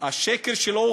השקר שלו,